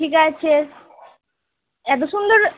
ঠিক আছে এত সুন্দর